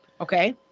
Okay